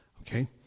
Okay